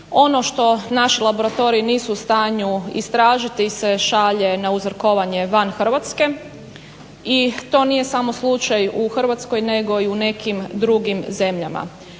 Ono što naši laboratoriji nisu u stanju istražiti šalje na uzorkovanje van Hrvatske i to nije samo slučaj u Hrvatskoj nego i u nekim drugim zemljama.